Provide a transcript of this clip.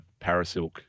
parasilk